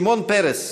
שמעון פרס,